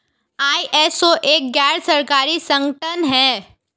ISO एक गैर सरकारी संगठन है